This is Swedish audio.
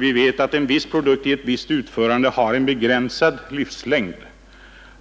Vi vet att en viss produkt i ett visst utförande har en begränsad livslängd.